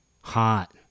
hot